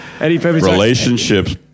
relationships